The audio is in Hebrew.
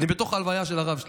ואני בתוך ההלוויה של הרב שלי.